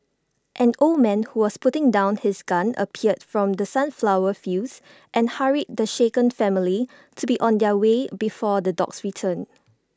an old man who was putting down his gun appeared from the sunflower fields and hurried the shaken family to be on their way before the dogs return